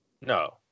No